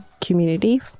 community